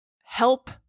help